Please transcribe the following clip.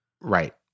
Right